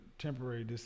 Temporary